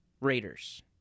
Raiders